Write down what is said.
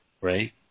right